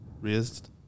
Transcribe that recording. Raised